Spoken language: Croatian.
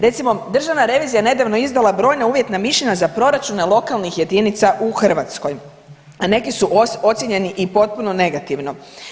Recimo Državna revizija je nedavno izdala brojna uvjetna mišljenja za proračune lokalnih jedinica u Hrvatskoj, a neki su ocijenjeni i potpuno negativno.